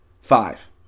Five